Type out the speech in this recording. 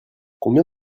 combien